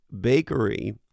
bakery